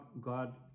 god